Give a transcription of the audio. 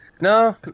no